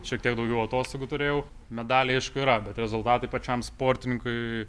šiek tiek daugiau atostogų turėjau medaliai aišku yra bet rezultatai pačiam sportininkui